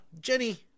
Jenny